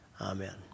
Amen